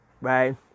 right